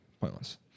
Pointless